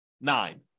nine